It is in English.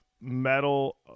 metal